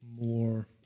more